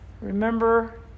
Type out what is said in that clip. Remember